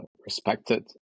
respected